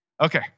Okay